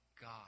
God